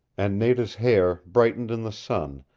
and nada's hair brightened in the sun,